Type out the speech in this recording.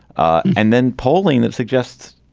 ah and then polling that suggests,